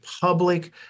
public